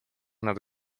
nad